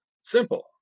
Simple